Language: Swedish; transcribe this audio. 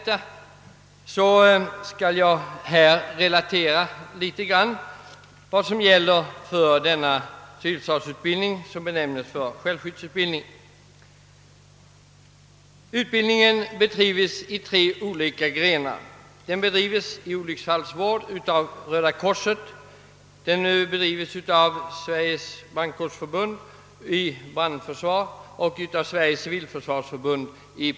Jag skall därför berätta litet om den civilförsvarsutbildning som benämns självskyddsutbildning. Utbildningen omfattar tre olika grenar. Den består av utbildning i olycksfallsvård vilken bedrivs av Röda korset, utbildning i brandskydd vilken bedrivs av Sveriges brandkårsförbund och utbildning i personligt skydd vilken bedrivs av Sveriges civilförsvarsförbund.